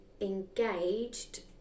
engaged